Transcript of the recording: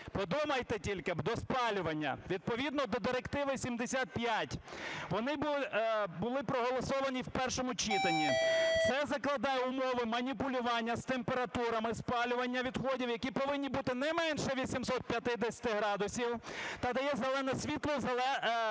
Подумайте тільки: до спалювання! Відповідно до Директиви 75 вони були проголосовані в першому читанні. Це закладає умови маніпулювання з температурами спалювання відходів, які повинні бути не менше 850 градусів, та дає зелене світло заводу